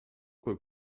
col